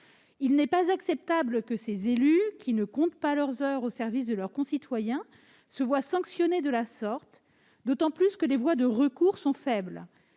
Il n'est pas acceptable que ces élus, qui ne comptent pas leurs heures au service de leurs concitoyens, soient sanctionnés de la sorte, d'autant que les voies de recours sont limitées.